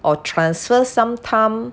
or transfer some time